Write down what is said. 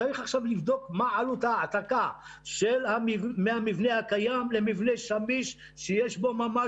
עכשיו צריך לבדוק מה עלות ההעתקה מהמבנה הקיים למבנה שמיש שיש בו ממ"ד